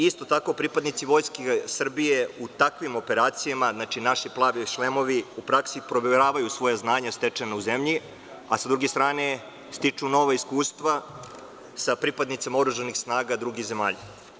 Isto tako pripadnici Vojske Srbije u takvim operacijama, „Plavi šlemovi“ provejavaju svoja znanja u zemlji, a sa druge strane, stiču nova iskustva sa pripadnicima oružanih snaga drugih zemalja.